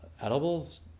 edibles